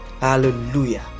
hallelujah